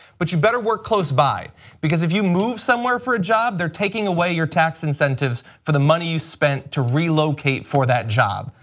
but you better work close by because if you move somewhere for a job they are taking away our tax incentives for the money you spent to relocate for that job,